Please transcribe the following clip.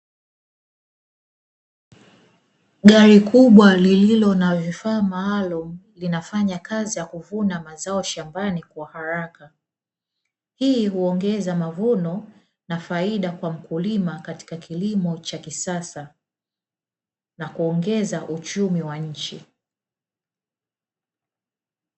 Gari kubwa lililo na vifaa maalumu, linafanya kazi ya kuvuna mazao shambani kwa haraka. Hii huongeza mavuno na faida kwa mkulima katika kilimo cha kisasa na kuongeza uchumi wa nchi.